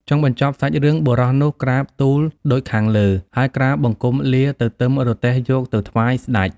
ចុងបញ្ចប់សាច់រឿងបុរសនោះក្រាបទូលដូចខាងលើហើយក្រាបបង្គំលាទៅទឹមរទេះយកទៅថ្វាយស្ដេច។